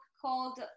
called